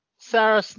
Sarah